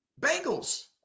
Bengals